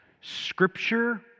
Scripture